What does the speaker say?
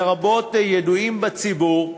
לרבות ידועים בציבור,